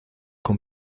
con